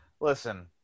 Listen